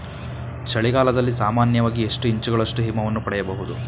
ಚಳಿಗಾಲದಲ್ಲಿ ಸಾಮಾನ್ಯವಾಗಿ ಎಷ್ಟು ಇಂಚುಗಳಷ್ಟು ಹಿಮವನ್ನು ಪಡೆಯಬಹುದು?